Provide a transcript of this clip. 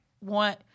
want